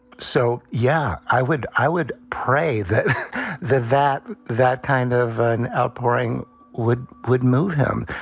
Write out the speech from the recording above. so, yeah, i would i would pray that the that that kind of an outpouring would would move him.